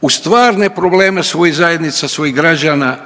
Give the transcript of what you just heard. u stvarne probleme svojih zajednica, svojih građana